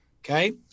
Okay